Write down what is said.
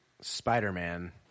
Spider-Man